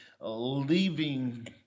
leaving